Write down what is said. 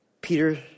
Peter